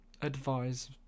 Advise